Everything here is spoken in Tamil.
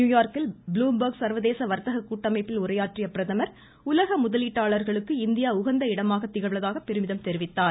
நியூயார்க்கில் ப்ளும்பர்க் சர்வதேச வர்த்தக கூட்டமைப்பில் உரையாற்றிய பிரதமர் உலக முதலீட்டாளர்களுக்கு இந்தியா உகந்த இடமாக திகழ்வதாக பெருமிதம் தெரிவித்தார்